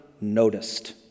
noticed